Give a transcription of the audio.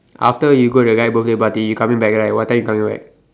after you go the guy birthday party you coming back right what time you coming back